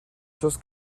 chose